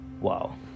Wow